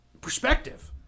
perspective